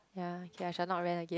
ya ya shall not rant again